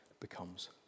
becomes